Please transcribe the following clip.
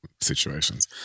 situations